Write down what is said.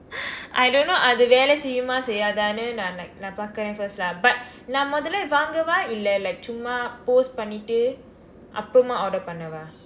I don't know அது வேலை செய்யுமா செய்யாதா நான்:athu velai seyyumaa seyyasthaa naan like நான் பார்க்குறேன்:naan parkkureen first lah but நான் மூதலை வாங்கவா இல்லை:naan muthalai vaangavaa illai like சும்மா:summaa post பண்ணிட்டு அப்புறமா:pannittu appuramaa order பண்ணவா:pannvaa